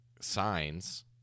signs